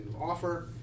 offer